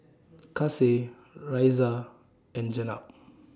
Kasih Raisya and Jenab